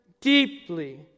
deeply